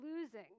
losing